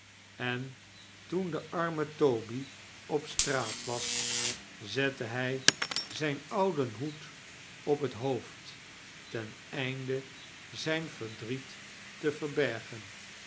en toen de arme toby op straat was zette hij zijn oudem hoed op het hoofd ten einde zijn verdriet te verbergen